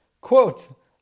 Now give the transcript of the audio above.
Quote